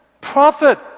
prophet